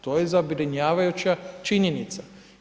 To je zabrinjavajuća činjenica.